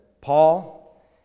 Paul